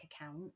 account